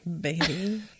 baby